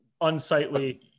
unsightly